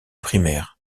primaires